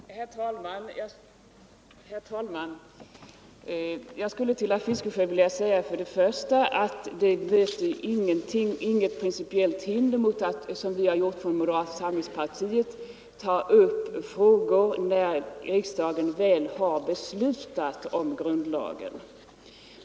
Herr talman! Jag skulle till herr Fiskesjö vilja säga för det första att det inte möter något principiellt hinder att, som vi har gjort från moderata samlingspartiet, ta upp frågor när riksdagen väl har beslutat om den nya grundlagen.